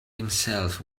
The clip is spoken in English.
himself